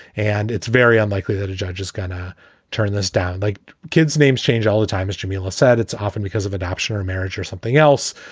and it's very unlikely that a judge is going to turn this down like kids names change all the time. as jameelah said, it's often because of adoption or marriage or something else.